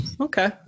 Okay